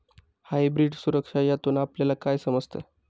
Hybrid सुरक्षा यातून आपल्याला काय समजतं?